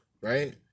right